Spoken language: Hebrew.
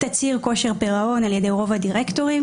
תצהיר כושר פירעון על ידי רוב הדירקטורים,